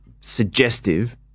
suggestive